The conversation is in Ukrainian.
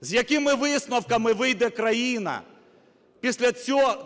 З якими висновками вийде країна після